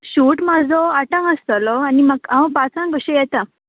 shoot म्हजो आठांक आसतलो आनी म्हाका हांव पांचांग कशें येता